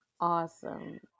awesome